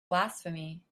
blasphemy